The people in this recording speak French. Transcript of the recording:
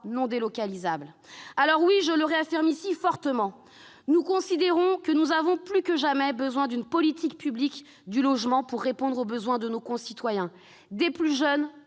non délocalisables. Alors, je le réaffirme ici fortement, nous considérons que nous avons plus que jamais besoin d'une politique publique du logement pour répondre aux besoins de nos concitoyens, des plus jeunes